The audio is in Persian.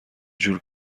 جور